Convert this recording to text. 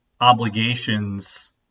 obligations